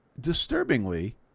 disturbingly